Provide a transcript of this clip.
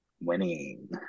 Winning